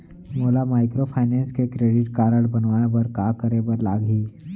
मोला माइक्रोफाइनेंस के credit card बनवाए बर का करे बर लागही?